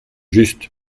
juste